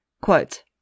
Quote